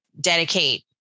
dedicate